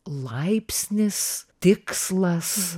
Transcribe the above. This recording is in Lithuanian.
laipsnis tikslas